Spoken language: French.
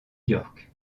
york